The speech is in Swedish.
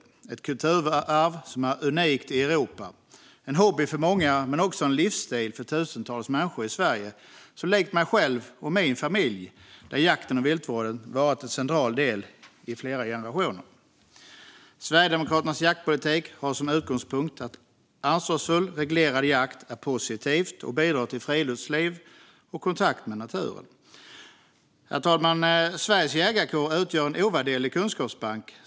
Det är ett kulturarv som är unikt i Europa, en hobby för många men också en livsstil för tusentals människor i Sverige lika mig själv och min familj, där jakten och viltvården varit en central del i generationer. Sverigedemokraternas jaktpolitik har som utgångspunkt att ansvarsfull, reglerad jakt är positivt och bidrar till friluftsliv och kontakt med naturen. Herr talman! Sveriges jägarkår utgör en ovärderlig kunskapsbank.